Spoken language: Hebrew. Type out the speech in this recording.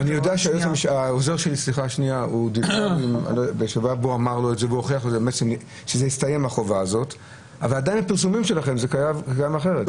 יודע שהעוזר שלי הוא --- אבל עדין בפרסומים שלכם זה קיים אחרת.